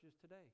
today